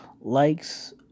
likes